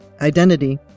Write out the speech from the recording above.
identity